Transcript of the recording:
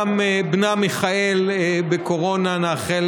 גם בנה מיכאל חולה בקורונה, ונאחל